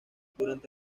durante